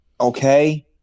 okay